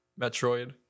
Metroid